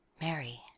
Mary